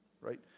right